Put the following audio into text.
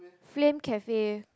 Flame Cafe